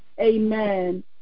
Amen